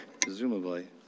Presumably